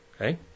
Okay